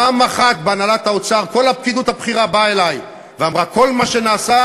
פעם אחת בהנהלת האוצר כל הפקידות הבכירה באה אלי ואמרה: כל מה שנעשה,